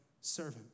servant